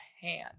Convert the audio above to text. hand